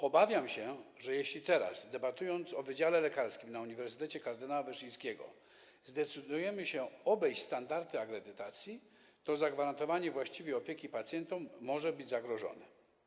Obawiam się, że jeśli teraz - debatując o wydziale lekarskim na Uniwersytecie Kardynała Stefana Wyszyńskiego - zdecydujemy się obejść standardy akredytacji, to zagwarantowanie właściwej opieki pacjentom może być zagrożone.